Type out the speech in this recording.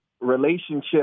relationship